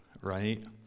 right